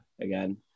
Again